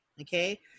Okay